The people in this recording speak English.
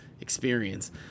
experience